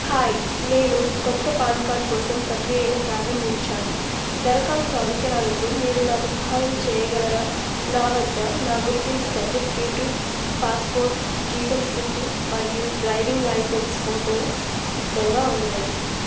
hi నేను కొత్త PAN card కోసం ప్రక్రియను ప్రారంభించాలి దరఖాస్తు అవసరాలకు మీరు నాకు సహాయం చెయ్యగలరా నా వద్ద నా గుర్తింపు సర్టిఫికేటు పాస్పోర్ట్ జీతం స్లిపు మరియు డ్రైవింగ్ లైసెన్స్ ఫోటో సిద్ధంగా ఉన్నాయి